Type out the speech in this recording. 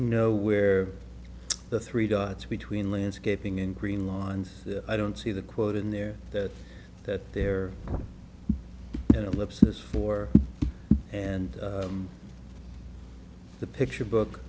know where the three dots between landscaping and green lines i don't see the quote in there that that their lips is four and the picture book